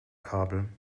kabel